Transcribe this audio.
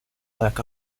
lack